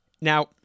Now